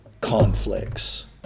conflicts